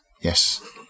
Yes